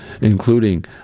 including